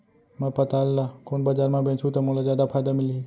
मैं पताल ल कोन बजार म बेचहुँ त मोला जादा फायदा मिलही?